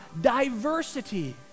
diversity